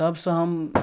तबसँ हम